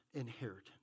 inheritance